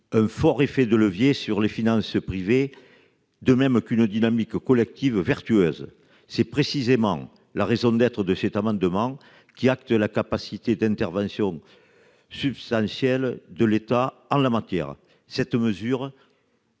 fort effet de levier sur les financements privés, de même qu'une dynamique collective vertueuse. C'est précisément la raison d'être de cet amendement, qui s'appuie sur la capacité d'intervention substantielle de l'État en la matière. Cette mesure ne